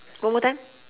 one more time